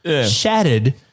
shattered